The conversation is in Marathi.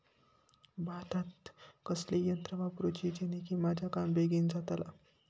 भातात कसली यांत्रा वापरुची जेनेकी माझा काम बेगीन जातला?